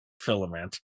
filament